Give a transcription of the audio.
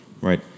Right